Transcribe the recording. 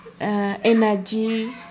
energy